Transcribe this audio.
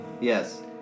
yes